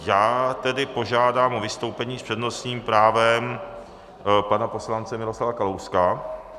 Já tedy požádám o vystoupení s přednostním právem pana poslance Miroslava Kalouska.